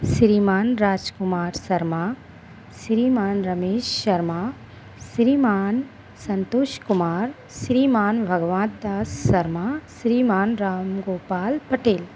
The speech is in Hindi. श्रीमान राजकुमार सर्मा श्रीमान रमेश शर्मा श्रीमान संतोष कुमार श्रीमान भगवान दास शर्मा श्रीमान राम गोपाल पटेल